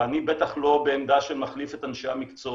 ואני בטח לא בעמדה של מחליף את אנשי המקצוע,